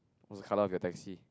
what's the color of your taxi